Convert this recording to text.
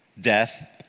death